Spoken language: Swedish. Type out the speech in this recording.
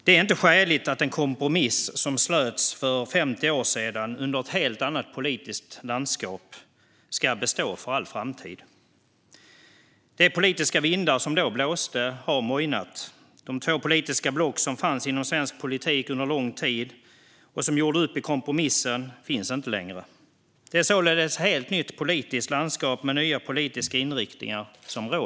Det är inte skäligt att en kompromiss som slöts för 50 år sedan, i ett helt annat politiskt landskap, ska bestå för all framtid. De politiska vindar som då blåste har mojnat. De två politiska block som fanns inom svensk politik under lång tid och som gjorde upp i kompromissen finns inte längre. Det är således i dag ett helt nytt politiskt landskap med nya politiska inriktningar.